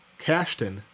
Cashton